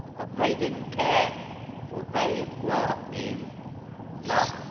but they didn't care for they were in love.